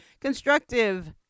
constructive